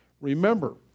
remember